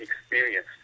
experience